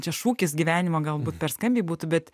čia šūkis gyvenimo galbūt per skambiai būtų bet